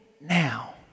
now